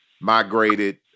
migrated